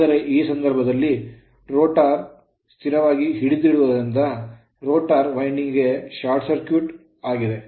ಆದರೆ ಈ ಸಂದರ್ಭದಲ್ಲಿ ರೋಟರ್ ಸ್ಥಿರವಾಗಿ ಹಿಡಿದಿರುವುದರಿಂದ rotor rotor winding short circuit ಆಗಿದೆ